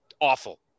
awful